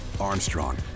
Armstrong